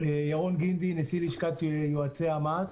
אני נשיא לשכת יועצי המס.